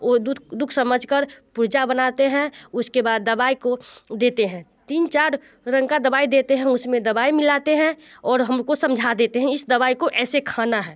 वो दुख समझ कर बनाते हैं उसके बाद दवाई को देते हैं तीन चार रंग की दवाई देते हैं उस में दवाई मिलाते हैं और हम को समझा देते हैं इस दवाई को ऐसे खाना है